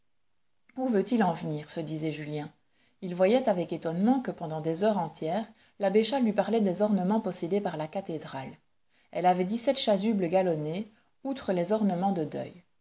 où veut-il en venir se disait julien il voyait avec étonnement que pendant des heures entières l'abbé chas lui parlait des ornements possédés par la cathédrale elle avait dix-sept chasubles galonnées outre les ornements de deuil